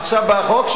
עכשיו בא החוק,